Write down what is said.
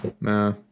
no